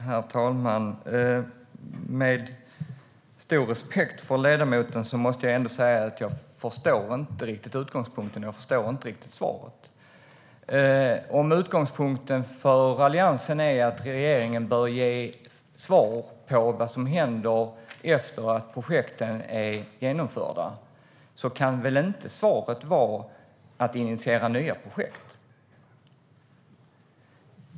Herr talman! Med stor respekt för ledamoten måste jag ändå säga att jag inte riktigt förstår utgångspunkten och att jag inte riktigt förstår svaret. Om utgångspunkten för Alliansen är att regeringen bör ge svar på vad som händer efter att projekten är genomförda kan väl svaret inte vara att initiera nya projekt?